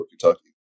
Kentucky